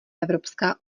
evropská